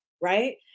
right